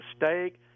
mistake